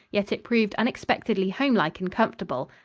yet it proved unexpectedly homelike and comfortable.